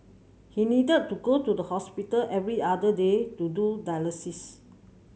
he needed to go to the hospital every other day to do dialysis